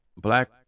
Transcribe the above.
black